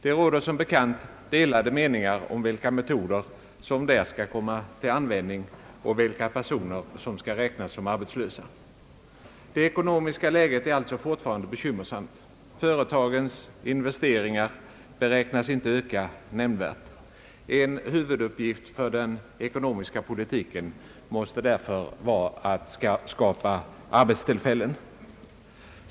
Det råder som bekant delade meningar om vilka metoder som där skall komma till användning och vilka personer som skall räknas som arbetslösa. Det ekonomiska läget är alltså fortfarande bekymmersamt. Företagens investeringar beräknas inte öka nämnvärt. En huvuduppgift för den ekonomiska politiken måste därför vara att skapa arbetstillfällen.